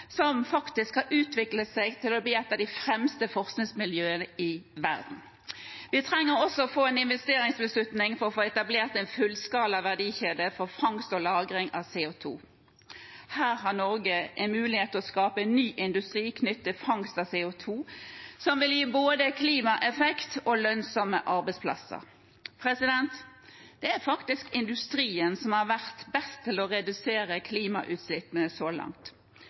som faktisk har utviklet seg til å bli et av de fremste forskningsmiljøene i verden. Vi trenger også å få en investeringsbeslutning for å få etablert en fullskala verdikjede for fangst og lagring av CO2. Her har Norge en mulighet til å skape en ny industri knyttet til fangst av CO2, som vil gi både klimaeffekt og lønnsomme arbeidsplasser. Det er faktisk industrien som har vært best til å redusere klimautslippene så langt.